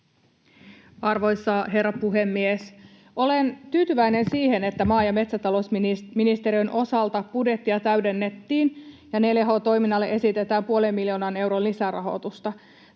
Arvoisa herra puhemies! Olen tyytyväinen siihen, että maa- ja metsätalousministeriön osalta budjettia täydennettiin ja 4H-toiminnalle esitetään puolen miljoonan euron lisärahoitusta.